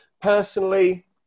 Personally